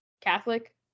Catholic